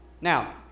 Now